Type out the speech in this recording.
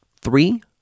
three